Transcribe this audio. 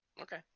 Okay